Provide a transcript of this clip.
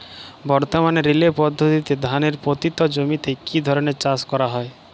বর্তমানে রিলে পদ্ধতিতে ধানের পতিত জমিতে কী ধরনের চাষ করা হয়?